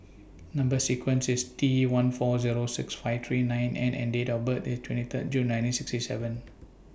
Number sequence IS T one four Zero six five three nine N and Date of birth IS twenty Third June nineteen sixty seven